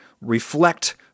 reflect